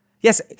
yes